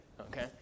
okay